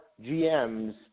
GMs